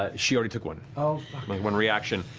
ah she already took one. ah one reaction.